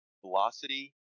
velocity